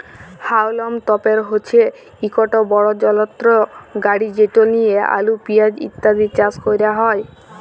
হাউলম তপের হছে ইকট বড় যলত্র গাড়ি যেট লিঁয়ে আলু পিয়াঁজ ইত্যাদি চাষ ক্যরা হ্যয়